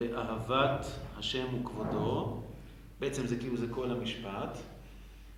אהבת השם וכבודו, בעצם זה כאילו זה כל המשפט